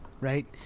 right